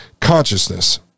consciousness